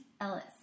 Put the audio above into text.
Ellis